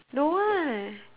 don't want